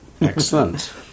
Excellent